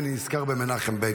אני מתרגשת לקראת החוק